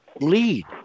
lead